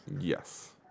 Yes